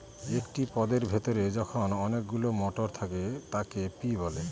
একটি পদের ভেতরে যখন অনেকগুলো মটর থাকে তাকে পি বলে